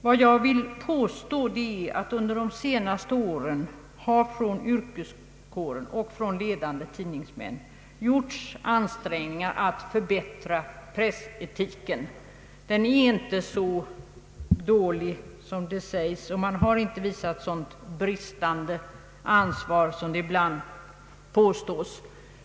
Vad jag vill påstå det är att det under de senaste åren av yrkeskåren och av ledande tidningsmän gjorts ansträngningar för att förbättra pressetiken. Den är inte så dålig som här sägs, och man har inte visat ett sådant bristande ansvar som det ibland påstås.